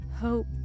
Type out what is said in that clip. hope